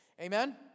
Amen